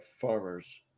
farmers